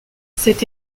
cette